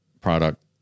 product